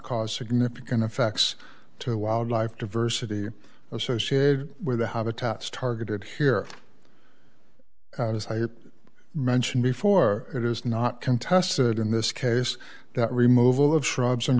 cause significant effects to wildlife diversity or associated with the habitats targeted here as i mentioned before it is not contested in this case that removal of shrubs and